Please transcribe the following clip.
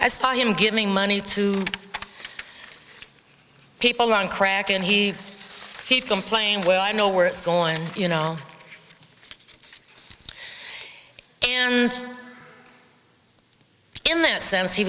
i saw him giving money to people on crack and he he complained well i know where it's going you know and in that sense he